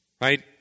right